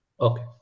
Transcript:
Okay